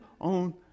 on